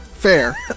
fair